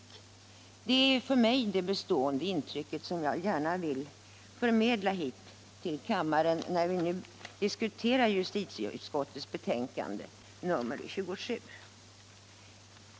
Det är för mig det bestående intrycket, som jag gärna vill förmedla till kammaren när vi nu diskuterar justitieutskottets betänkande nr 27.